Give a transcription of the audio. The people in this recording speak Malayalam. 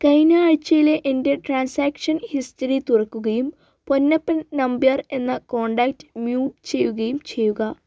കഴിഞ്ഞ ആഴ്ചയിലെ എൻ്റെ ട്രാൻസാക്ഷൻ ഹിസ്റ്ററി തുറക്കുകയും പൊന്നപ്പൻ നമ്പ്യാർ എന്ന കോൺടാക്റ്റ് മ്യൂട്ട് ചെയ്യുകയും ചെയ്യുക